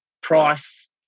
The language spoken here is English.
price